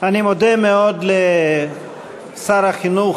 אני מודה מאוד לשר החינוך,